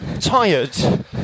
tired